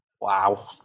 Wow